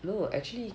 no actually